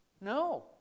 No